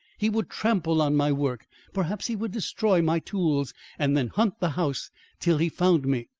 he would trample on my work perhaps he would destroy my tools and then hunt the house till he found me.